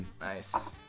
Nice